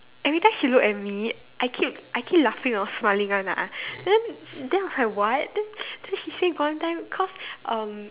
everytime she look at me I keep I keep laughing or smiling one ah then then I what then then she say got one time cause um